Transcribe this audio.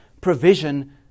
provision